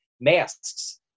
masks